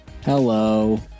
Hello